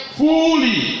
fully